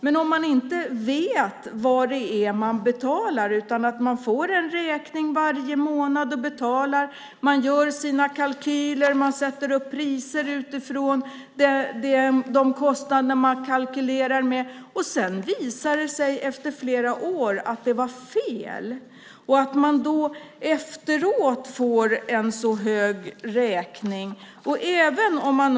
Men man kanske inte vet vad det är man betalar, utan man får varje månad en räkning och betalar. Man gör sina kalkyler, och man sätter priser utifrån de kostnader som man kalkylerar med. Sedan visar det sig efter flera år att det var fel, och man får en så hög räkning i efterhand.